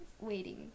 waiting